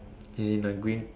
he in a green